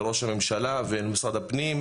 לראש הממשלה ולמשרד הפנים,